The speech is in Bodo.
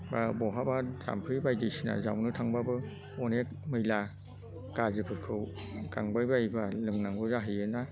बा बहाबा थाम्फै बायदिसिना जावनो थांबाबो अनेक मैला गाज्रिफोरखौ गांबायबायोबा लोंनांगौ जाहैयोना